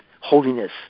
holiness